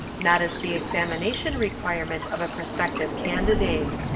not as the examination requirement of a prospective candidate.